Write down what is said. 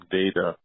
data